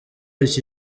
iki